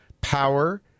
power